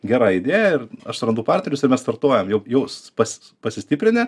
gera idėja ir aš surandu partnerius ir mes startuojam jau jaus pas pasistiprinę